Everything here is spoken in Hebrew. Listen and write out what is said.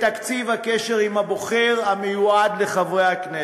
תקציב הקשר עם הבוחר המיועד לחברי הכנסת?